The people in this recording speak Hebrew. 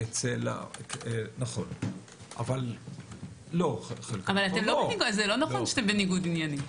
זה לא נכון שאתם בניגוד עניינים.